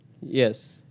Yes